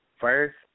first